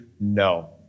No